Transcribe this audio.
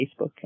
Facebook